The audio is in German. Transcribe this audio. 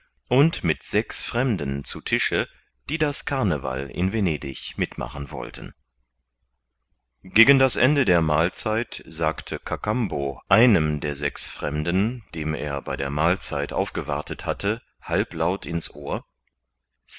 und mit sechs fremden zu tische die das carneval in venedig mitmachen wollten gegen das ende der mahlzeit sagte kakambo einem der sechs fremden dem er bei der mahlzeit aufgewartet hatte halblaut ins ohr